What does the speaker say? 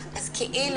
בקפה.